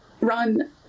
run